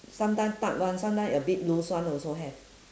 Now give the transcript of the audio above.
sometime tight [one] sometime a bit loose [one] also have